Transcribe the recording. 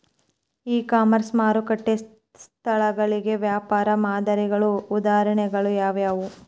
E commerce ಮಾರುಕಟ್ಟೆ ಸ್ಥಳಗಳಿಗೆ ವ್ಯಾಪಾರ ಮಾದರಿಗಳ ಉದಾಹರಣೆಗಳು ಯಾವುವು?